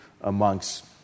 amongst